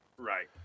Right